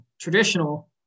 traditional